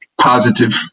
positive